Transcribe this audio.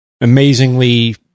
amazingly